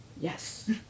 Yes